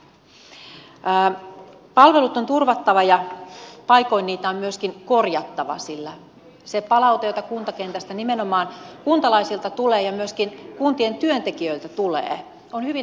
palvelut on turvattava ja paikoin niitä on myöskin korjattava sillä se palaute jota kuntakentästä nimenomaan kuntalaisilta ja myöskin kuntien työntekijöiltä tulee on hyvin hälyttävää